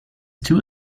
two